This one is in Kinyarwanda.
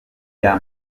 bya